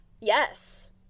Yes